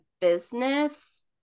business